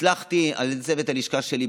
הצלחתי על ידי צוות הלשכה שלי,